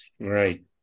Right